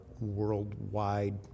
worldwide